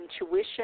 intuition